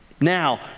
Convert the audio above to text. Now